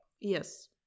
Yes